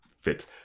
fits